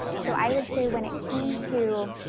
so i would say when it came to